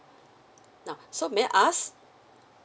now so may I ask